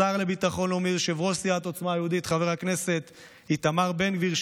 לשר לביטחון לאומי יושב-ראש סיעת עוצמה יהודית חבר הכנסת איתמר בן גביר,